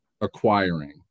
acquiring